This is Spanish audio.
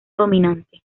dominante